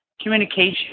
communication